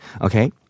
okay